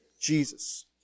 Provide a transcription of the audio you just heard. Jesus